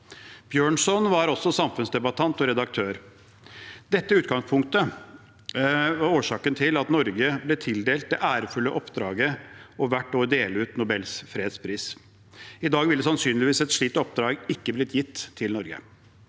Bjørnson var også samfunnsdebattant og redaktør. Dette utgangspunktet var årsaken til at Norge ble tildelt det ærefulle oppdraget hvert år å dele ut Nobels fredspris. I dag ville sannsynligvis et slikt oppdrag ikke blitt gitt til Norge.